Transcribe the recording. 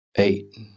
Eight